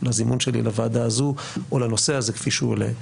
לזימון שלי לוועדה הזו או לנושא הזה כפי שהוא עולה,